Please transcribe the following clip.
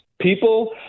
People